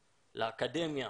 לאקדמיה,